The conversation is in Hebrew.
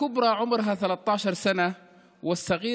אני סאלם